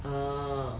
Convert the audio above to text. err